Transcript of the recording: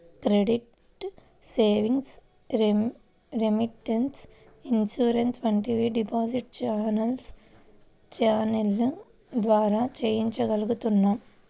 credit, savings, remittance, insurance వంటివి digital ఛానెల్ల ద్వారా చెయ్యగలుగుతున్నాం